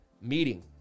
meeting